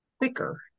quicker